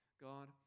God